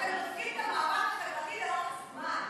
אתם דופקים את המאבק החברתי לאורך זמן,